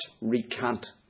recant